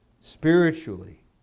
spiritually